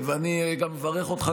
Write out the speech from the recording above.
אני מברך אותך,